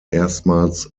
erstmals